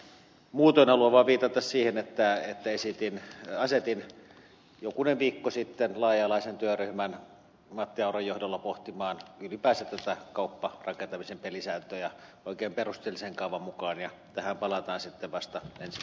muutoin haluan vaan viitata siihen että asetin jokunen viikko sitten laaja alaisen työryhmän matti auran johdolla pohtimaan ylipäänsä kaupparakentamisen pelisääntöjä oikein perusteellisen kaavan mukaan ja tähän palataan sitten vasta ensi vuoden syksyllä